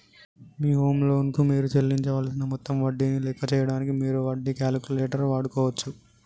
మీ home loan కు మీరు చెల్లించవలసిన మొత్తం వడ్డీని లెక్క చేయడానికి మీరు వడ్డీ క్యాలిక్యులేటర్ వాడుకోవచ్చు